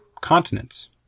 continents